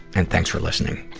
and thanks for listening.